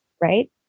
Right